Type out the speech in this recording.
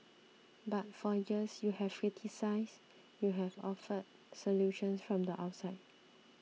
but for years you have criticised you have offered solutions from the outside